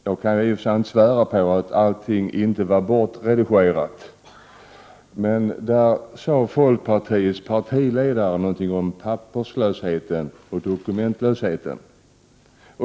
Jag kan ju inte svära på hur mycket som var bortredigerat, men där sade folkpartiets ledare någonting om papperslösheten och dokumentlösheten.